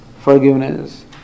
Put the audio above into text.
forgiveness